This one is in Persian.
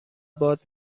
باد